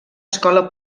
escola